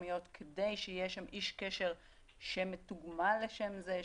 המקומיות כדי שיהיה שם איש קשר שמתוגמל לשם זה,